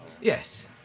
Yes